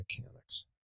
mechanics